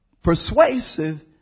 Persuasive